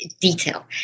Detail